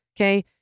Okay